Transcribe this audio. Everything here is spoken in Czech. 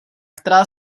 která